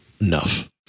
enough